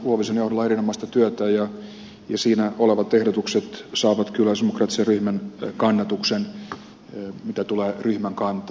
huovisen johdolla erinomaista työtä ja siinä olevat ehdotukset saavat kyllä sosialidemokraattisen ryhmän kannatuksen mitä tulee ryhmän kantaan